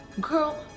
girl